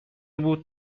بود